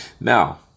Now